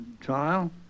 trial